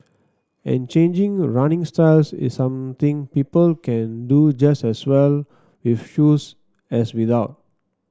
and changing running styles is something people can do just as well with shoes as without